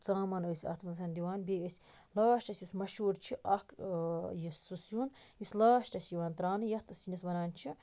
ژامَن ٲسۍ اتھ مَنٛز دِوان بیٚیہِ ٲسۍ لاسٹَس یُس مَشہور چھِ اکھ یُس سُہ سیُن لاسٹَس چھ یِوان تراونہٕ یتھ سِنِس وَنان چھِ